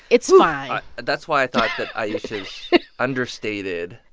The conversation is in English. it's fine that's why i thought that ayesha's understated.